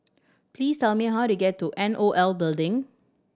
please tell me how to get to N O L Building